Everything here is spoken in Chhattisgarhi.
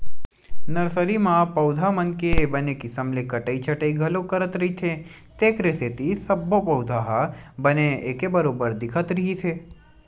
नरसरी म पउधा मन के बने किसम ले कटई छटई घलो करत रहिथे तेखरे सेती सब्बो पउधा ह बने एके बरोबर दिखत रिहिस हे